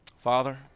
Father